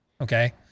okay